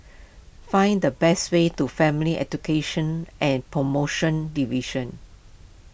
find the best way to Family Education and Promotion Division